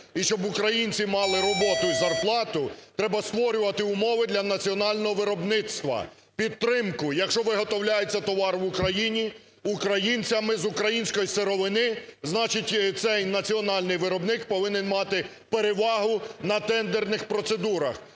і українці мали роботу і зарплату, треба створювати умови для національного виробництва, підтримку. Якщо виготовляється товар в Україні, українцями з української сировини, значить цей національний виробник повинен мати перевагу на тендерних процедурах